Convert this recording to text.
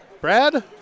brad